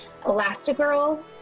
Elastigirl